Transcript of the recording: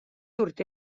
urte